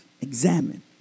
examine